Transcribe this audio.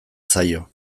zaio